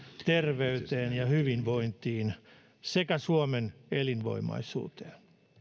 terveyteen ja hyvinvointiin sekä suomen elinvoimaisuuteen